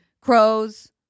Crows